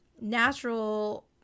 natural